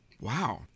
Wow